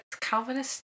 Calvinist